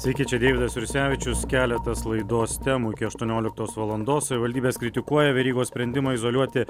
sveiki čia deividas jursevičius keletas laidos temų iki aštuonioliktos valandos savivaldybės kritikuoja verygos sprendimą izoliuoti